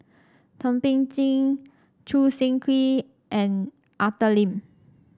Thum Ping Tjin Choo Seng Quee and Arthur Lim